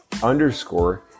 underscore